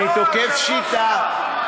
אני תוקף שיטה.